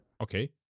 Okay